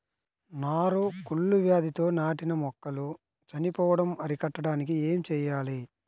నారు కుళ్ళు వ్యాధితో నాటిన మొక్కలు చనిపోవడం అరికట్టడానికి ఏమి చేయాలి?